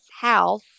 house